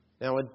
Now